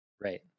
right